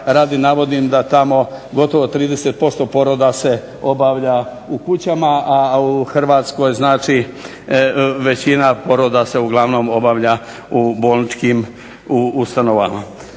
radi navodim da tamo gotovo 30% poroda se obavlja u kućama, a u Hrvatskoj znači većina poroda se uglavnom obavlja u bolničkim ustanovama.